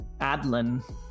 Adlin